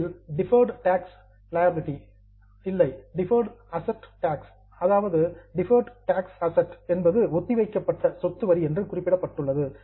இதில் deferred tax asset ஒத்திவைக்கப்பட்ட சொத்து வரி என்று குறிப்பிடப்பட்டுள்ளது